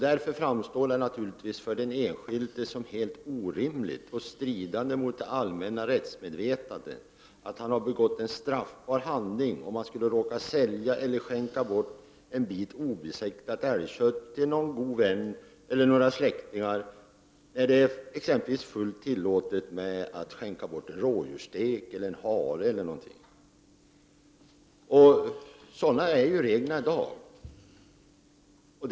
Därför framstår det för den enskilde som helt orimligt — det strider mot det allmänna rättsmedvetandet — att det skulle betecknas som en straffbar handling om man råkar sälja eller skänka bort en bit obesiktigat älgkött till en god vän eller till släktingar. Det är ju t.ex. fullt acceptabelt att skänka bort en rådjursstek, en hare eller vad det nu kan vara. Men sådana är de regler som gäller i dag.